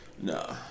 No